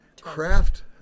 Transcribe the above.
craft